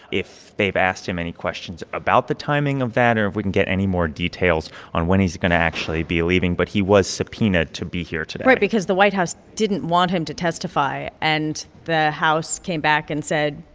if they've asked him any questions about the timing of that or if we can get any more details on when he's going to actually be leaving. but he was subpoenaed to be here today right because the white house didn't want him to testify, and the house came back and said,